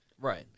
Right